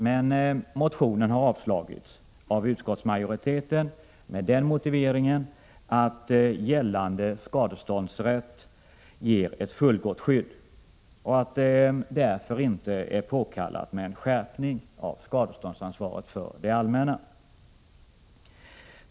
Men motionen har avstyrkts av utskottsmajoriteten med motiveringen att gällande skadeståndsrätt ger ett fullgott skydd och att det därför ej är påkallat med en skärpning av skadeståndsansvaret för det allmänna.